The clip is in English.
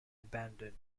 abandoned